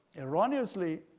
erroneously,